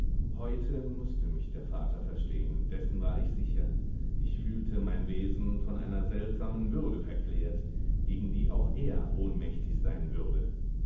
heute mußte mich der vater verstehen dessen war ich sicher ich fühlte mein wesen von einer seltsamen würde verklärt gegen die auch er ohnmächtig sein würde